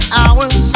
hours